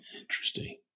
Interesting